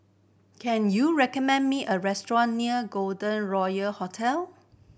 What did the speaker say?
can you recommend me a restaurant near Golden Royal Hotel